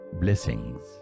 blessings